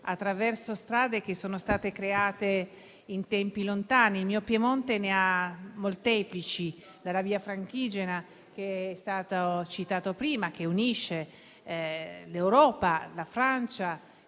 attraverso strade che sono state create in tempi lontani. Il mio Piemonte ne ha molteplici: la Via Francigena, che è stata citata prima, che unisce l'Europa, in